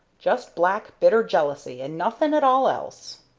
just black, bitter jealousy, and nothing at all else.